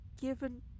given